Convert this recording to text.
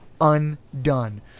Undone